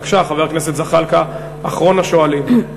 בבקשה, חבר הכנסת זחאלקה, אחרון השואלים.